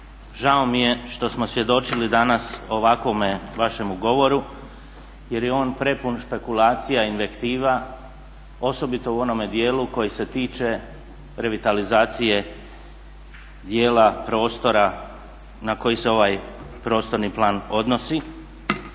žao mi je što smo svjedočili danas ovakvome vašemu govoru jer je on prepun špekulacija i …/Govornik se ne razumije./… osobito u onome dijelu koji se tiče revitalizacije dijela prostora na koji se ovaj prostorni plan odnosi.